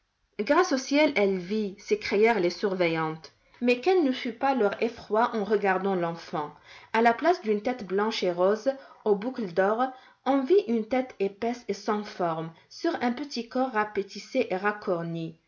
grâce au ciel elle vit s'écrièrent les surveillantes mais quel ne fut pas leur effroi en regardant l'enfant à la place d'une tête blanche et rose aux boucles d'or on vit une tête épaisse et sans forme sur un petit corps rapetissé et